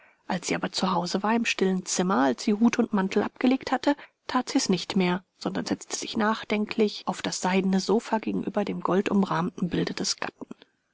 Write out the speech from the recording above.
als sie aber zuhause war im stillen zimmer als sie hut und mantel abgelegt hatte tat sie es nicht mehr sondern setzte sich nachdenklich aus das seidene sofa gegenüber dem goldumrahmten bilde des gatten